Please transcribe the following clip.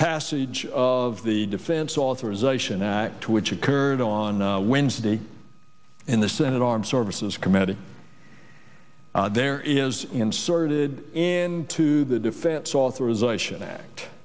passage of the defense authorization act which occurred on wednesday in the senate armed services committee there is inserted into the defense authorization act